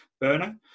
burner